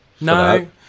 no